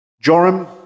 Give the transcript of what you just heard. Joram